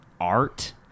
art